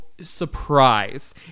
surprise